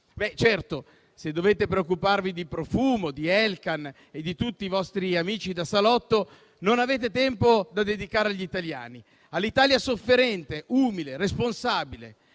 Certo, se dovete preoccuparvi di Profumo, di Elkann e di tutti i vostri amici da salotto, non avete tempo da dedicare agli italiani. All'Italia sofferente, umile, responsabile.